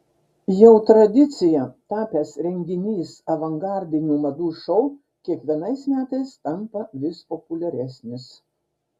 jau tradicija tapęs renginys avangardinių madų šou kiekvienais metais tampa vis populiaresnis